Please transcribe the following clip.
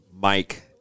Mike